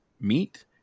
meet